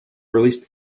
released